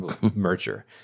merger